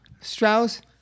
Strauss